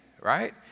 Right